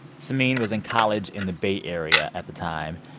samin was in college in the bay area at the time.